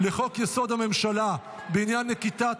לחוק-יסוד: הממשלה בעניין נקיטת